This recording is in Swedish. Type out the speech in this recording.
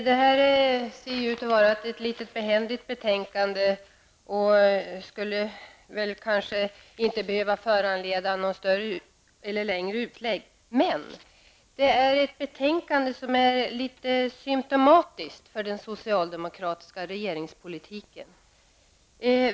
Herr talman! Betänkandet ser litet och behändigt ut och skulle kanske inte behöva föranleda någon längre utläggning. Men det är ett betänkande som är litet symptomatiskt för den socialdemokratiska regeringspolitiken.